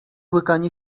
łykanie